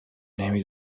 نمی